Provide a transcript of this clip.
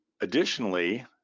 Additionally